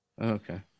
Okay